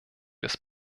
des